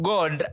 God